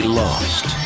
lost